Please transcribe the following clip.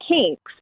kinks